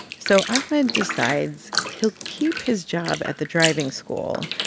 so ahmed decides he'll keep his job at the driving school.